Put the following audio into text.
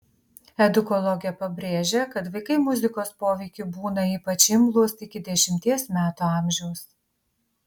edukologė pabrėžia kad vaikai muzikos poveikiui būna ypač imlūs iki dešimties metų amžiaus